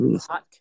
hot